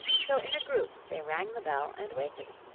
so in a group they rang the bell and waited,